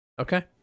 Okay